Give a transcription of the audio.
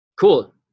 Cool